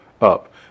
up